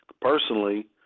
personally